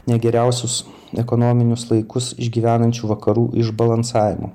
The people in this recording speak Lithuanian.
ne geriausius ekonominius laikus išgyvenančių vakarų išbalansavimo